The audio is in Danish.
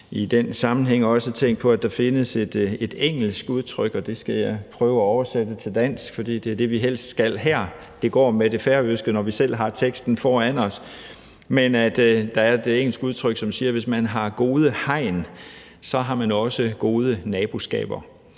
i den sammenhæng også tænkt på, at der findes et engelsk udtryk, som jeg skal prøve at oversætte til dansk, for det er det sprog, vi helst skal bruge her – det går med det færøske, når vi selv har teksten foran os. Det er et engelsk udtryk, som siger, at hvis man har gode hegn, så har man også gode naboskaber.